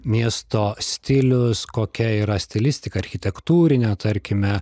miesto stilius kokia yra stilistika architektūrinė tarkime